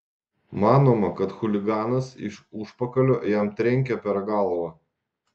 manoma kad chuliganas iš užpakalio jam trenkė per galvą